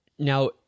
Now